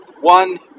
One